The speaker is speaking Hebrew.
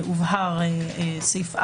סעיף א'